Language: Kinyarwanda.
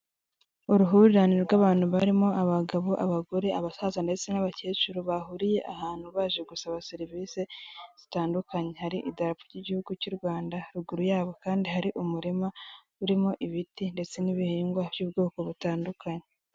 Uruhurirane rw'abantu barimo abagabo abagore abasaza ndetse n'abakecuru bahuriye ahantu baje gusaba serivisi zitandukanye haridarap ry'igihugu cy'u Rwanda ruguru yabo kandi hari umurima urimo ibiti ndetse n'ibihingwa by'ubwoko butandukanye.